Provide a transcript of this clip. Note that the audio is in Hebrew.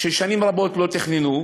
שנים רבות לא תכננו,